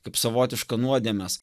kaip savotiška nuodėmės